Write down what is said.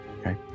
okay